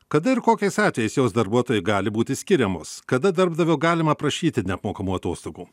kada ir kokiais atvejais jos darbuotojui gali būti skiriamos kada darbdavio galima prašyti neapmokamų atostogų